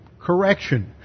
correction